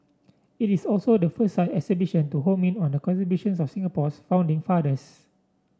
it is also the first such exhibition to home in on the contributions of Singapore's founding fathers